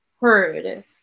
heard